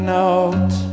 note